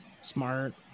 Smart